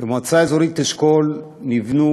במועצה אזורית אשכול נבנו